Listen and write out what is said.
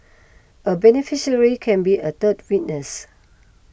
a beneficiary can be a third witness